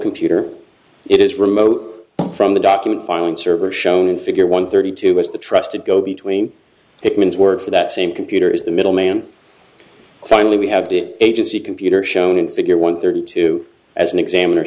computer it is remote from the document filing server shown in figure one thirty two as the trusted go between it means work for that same computer as the middleman finally we have the agency computer shown in figure one thirty two as an examiner